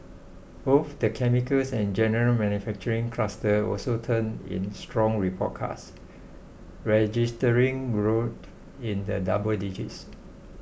both the chemicals and general manufacturing clusters also turned in strong report cards registering growth in the double digits